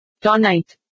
Tonight